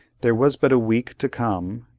there was but a week to come,